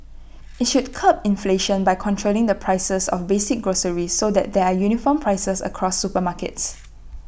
IT should curb inflation by controlling the prices of basic groceries so that there are uniform prices across supermarkets